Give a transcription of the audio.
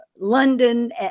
London